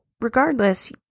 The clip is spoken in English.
regardless